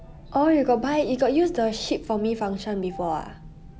orh you got buy you got use the ship for me function before ah